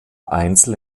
einzel